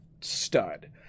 stud